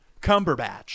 Cumberbatch